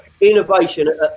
innovation